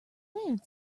man